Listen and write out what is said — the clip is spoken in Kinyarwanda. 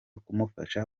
kumufasha